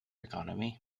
economy